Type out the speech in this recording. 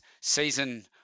season